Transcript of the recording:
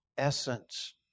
Essence